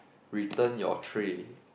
return your tray